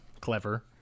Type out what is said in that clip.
clever